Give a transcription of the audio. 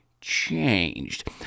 changed